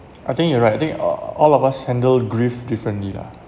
I think you're right I think uh all of us handle grief differently lah